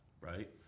right